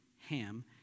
Ham